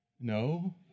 No